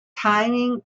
timing